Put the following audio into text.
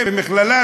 במכללה,